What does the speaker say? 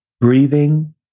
breathing